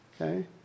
Okay